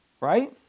right